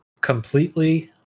completely